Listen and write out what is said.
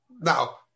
Now